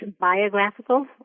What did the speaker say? biographical